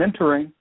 mentoring